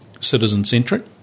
citizen-centric